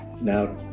Now